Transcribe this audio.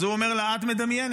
אז הוא אומר לה: את מדמיינת,